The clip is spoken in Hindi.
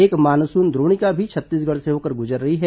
एक मानसून द्रोणिका भी छत्तीसगढ़ से होकर गुजर रही है